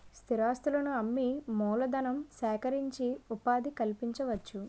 స్థిరాస్తులను అమ్మి మూలధనం సేకరించి ఉపాధి కల్పించవచ్చు